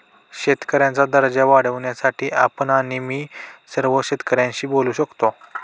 सिंचनाचा दर्जा वाढवण्यासाठी आपण आणि मी सर्व शेतकऱ्यांशी बोलू शकतो